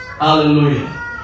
Hallelujah